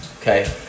okay